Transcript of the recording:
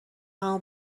همو